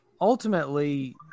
ultimately